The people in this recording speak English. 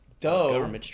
Doe